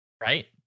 right